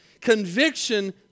Conviction